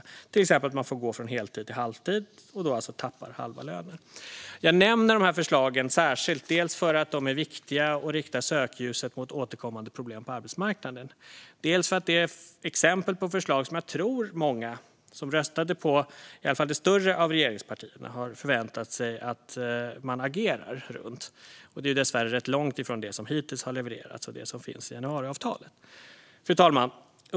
De får till exempel gå från heltid till halvtid och tappar då halva lönen. Jag nämner de här två förslagen särskilt, dels för att de är viktiga och riktar sökljuset mot återkommande problem på arbetsmarknaden och dels för att det är exempel på förslag som jag tror att många som röstade på det större av regeringspartierna har förväntat sig att man ska agera på. Det är ju dessvärre rätt långt från det som hittills har levererats och det som finns i januariavtalet. Fru talman!